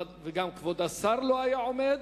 וגם כבוד השר לא היה עומד,